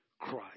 Christ